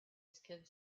skid